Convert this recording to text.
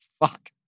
fuck